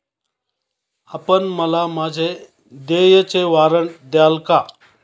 आपण मला माझे देयचे वॉरंट द्याल का?